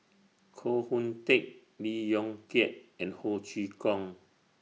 Koh Hoon Teck Lee Yong Kiat and Ho Chee Kong